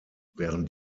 während